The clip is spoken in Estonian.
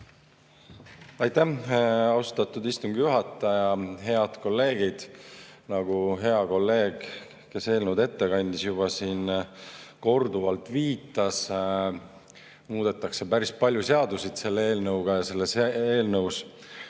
Aitäh, austatud istungi juhataja! Head kolleegid! Nagu hea kolleeg, kes eelnõu ette kandis, juba korduvalt viitas, muudetakse päris palju seadusi selle eelnõuga ja selles eelnõus